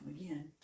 again